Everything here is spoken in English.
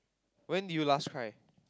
when did you last cry